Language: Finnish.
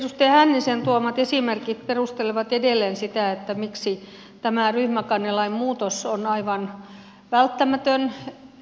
edustaja hännisen tuomat esimerkit perustelevat edelleen sitä miksi tämä ryhmäkannelain muutos on aivan välttämätön